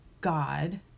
god